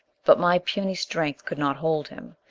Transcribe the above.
but my puny strength could not hold him.